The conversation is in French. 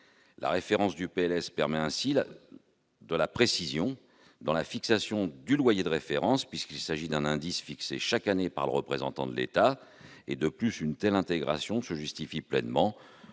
La référence du PLS permet de fixer avec précision le loyer de référence, puisqu'il s'agit d'un indice fixé chaque année par le représentant de l'État. De plus, une telle intégration se justifie pleinement,